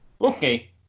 Okay